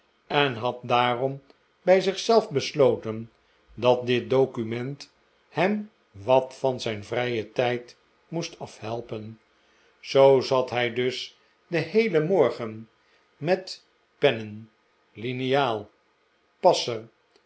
en had daarom bij zich zelf besloten dat dit document hem wat van zijn vrijen tijd moest afhelpen zoo zat hij dus den heelen morgen met pennen liniaal passer